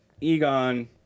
Egon